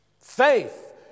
Faith